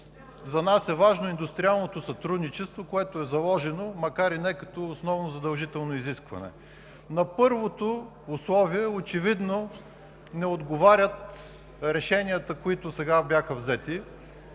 за нас е важно индустриалното сътрудничество, заложено, макар и не като основно, задължително изискване. На първото условие очевидно не отговарят решенията, които бяха взети